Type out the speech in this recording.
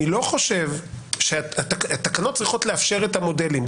אני לא חושב שהתקנות צריכות לאפשר את המודלים,